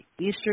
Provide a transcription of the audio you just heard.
Easter